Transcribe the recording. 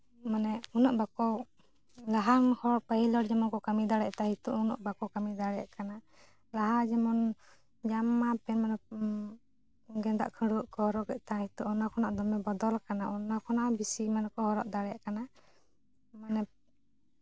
ᱩᱱᱟᱹᱜ ᱵᱟᱠᱚ ᱞᱟᱦᱟ ᱦᱚᱲ ᱯᱟᱹᱦᱤᱞ ᱦᱚᱲ ᱡᱮᱢᱚᱱ ᱠᱚ ᱠᱟᱹᱢᱤ ᱫᱟᱲᱮᱭᱟᱜ ᱛᱟᱦᱮᱸᱜ ᱱᱤᱛᱚᱜ ᱩᱱᱟᱹᱜ ᱵᱟᱠᱚ ᱠᱟᱹᱢᱤ ᱫᱟᱲᱮᱭᱟᱜ ᱠᱟᱱᱟ ᱞᱟᱦᱟ ᱡᱮᱢᱚᱱ ᱡᱟᱢᱟ ᱯᱮᱱᱴ ᱜᱮᱸᱫᱟᱜ ᱠᱷᱟᱹᱰᱣᱟᱹ ᱠᱚ ᱨᱚᱜ ᱮᱜ ᱛᱟᱦᱮᱱ ᱱᱤᱛᱚᱜ ᱚᱱᱟ ᱠᱷᱚᱱᱟᱜ ᱫᱚᱢᱮ ᱵᱚᱫᱚᱞ ᱠᱟᱱᱟ ᱚᱱᱟ ᱠᱷᱚᱱᱟᱜ ᱦᱚᱸ ᱵᱮᱥᱤ ᱢᱟᱱᱮ ᱠᱚ ᱦᱚᱨᱚᱜ ᱫᱟᱲᱮᱭᱟᱜ ᱠᱟᱱᱟ ᱢᱟᱱᱮ